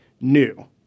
new